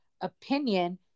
opinion